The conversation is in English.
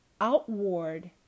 outward